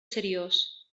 seriós